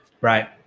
right